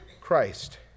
Christ